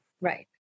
Right